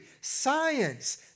science